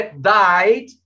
died